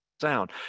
sound